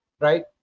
right